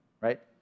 right